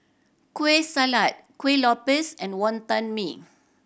Kueh Salat Kuih Lopes and Wonton Mee